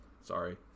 sorry